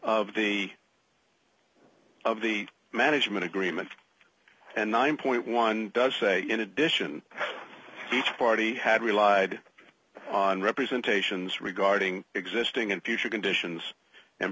of the of the management agreement and nine point one does say in addition each party had relied on representations regarding existing and future conditions and